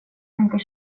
tänker